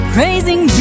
Praising